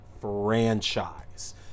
franchise